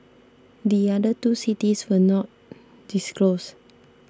the other two cities were not disclosed